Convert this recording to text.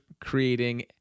creating